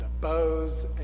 bows